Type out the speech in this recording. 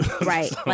right